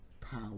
power